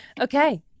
Okay